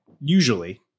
usually